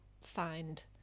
find